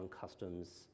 customs